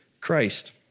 Christ